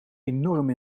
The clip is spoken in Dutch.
enorm